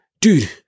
dude